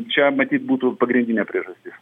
čia matyt būtų pagrindinė priežastis